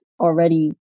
already